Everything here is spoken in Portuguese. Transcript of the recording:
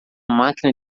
máquina